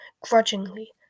grudgingly